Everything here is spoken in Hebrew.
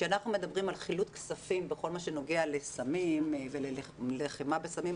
כשאנחנו מדברים על חילוט כספים בכל מה שנוגע לסמים וללחימה בסמים,